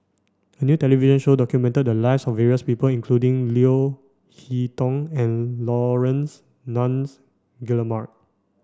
a new television show documented the lives of various people including Leo Hee Tong and Laurence Nunns Guillemard